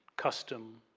custom